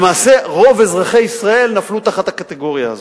למעשה, רוב אזרחי ישראל נפלו תחת הקטגוריה הזאת.